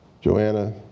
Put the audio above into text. Joanna